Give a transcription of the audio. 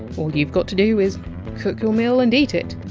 all you! ve got to do is cook your meal and eat it.